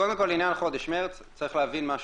קודם כל, לעניין חודש מרץ, צריך להבין משהו.